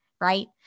Right